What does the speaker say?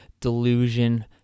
delusion